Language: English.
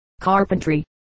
carpentry